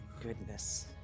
goodness